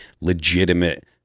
legitimate